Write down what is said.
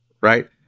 Right